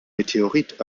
meteorit